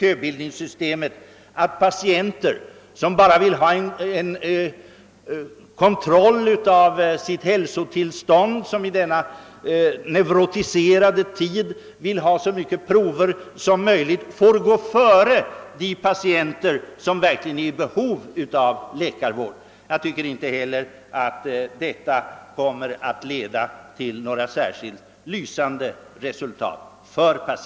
Köbildningssystemet medför att patienter som bara vill ha en kontroll av sitt hälsotillstånd eller som i denna neurotiserade tid vill ha så många prover som möjligt tagna får gå före patienter som verkligen är i behov av snabb läkarvård. Jag tycker att inte heller detta leder till några för patienterna särskilt lysande resultat.